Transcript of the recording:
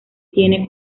tiene